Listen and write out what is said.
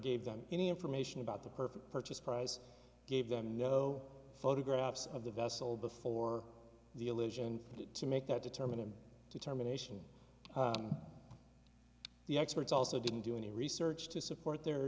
gave them any information about the perfect purchase price gave them no photographs of the vessel before the illusion to make that determination to terminations the experts also didn't do any research to support their